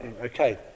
Okay